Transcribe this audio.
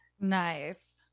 Nice